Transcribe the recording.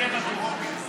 ברוגז,